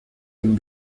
dem